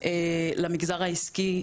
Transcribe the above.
למגזר העסקי.